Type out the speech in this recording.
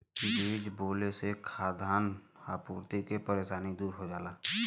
बीज बोले से खाद्यान आपूर्ति के परेशानी दूर हो जाला